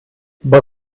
but